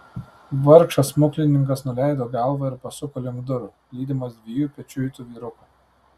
vargšas smuklininkas nuleido galvą ir pasuko link durų lydimas dviejų pečiuitų vyrukų